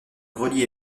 grelier